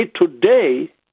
today